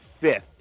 fifth